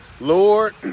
Lord